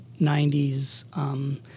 90s –